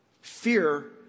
Fear